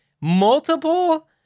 multiple